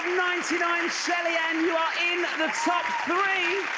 ninety nine, shellyann, you're in the top three.